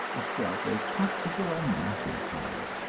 a scalp as tough as a rhinoceros hide.